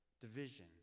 division